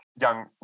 young